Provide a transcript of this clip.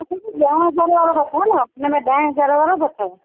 ॾहें हज़ारे वारो खपेव न उनमें ॾह हज़ार वारो बि अथव